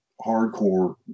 hardcore